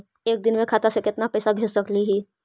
एक दिन में खाता से केतना पैसा भेज सकली हे?